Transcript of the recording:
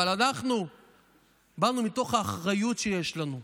אבל אנחנו באנו מתוך האחריות שיש לנו,